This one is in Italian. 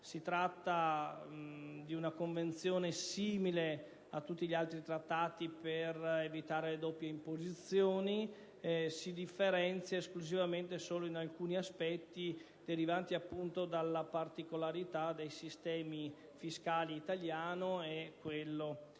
Si tratta di una Convenzione simile a tutti gli altri trattati per evitare doppie imposizioni. Si differenzia solo in alcuni aspetti derivanti appunto dalla particolarità dei sistemi fiscali italiano e azero.